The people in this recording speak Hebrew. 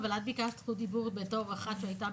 אבל את ביקשת זכות דיבור בתור אחת שהייתה